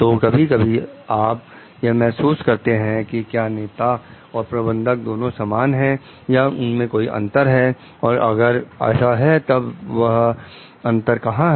तो कभी कभी आप यह महसूस करते हैं कि क्या नेता और प्रबंधक दोनों समान हैं या उनमें कोई अंतर है और अगर ऐसा है तब वह अंतर कहां है